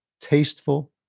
tasteful